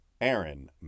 Aaron